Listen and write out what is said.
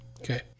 Okay